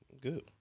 good